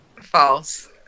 False